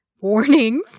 warnings